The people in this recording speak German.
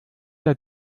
der